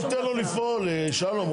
הוא לא ייתן לו לפעול, שלום.